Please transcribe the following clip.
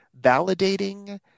validating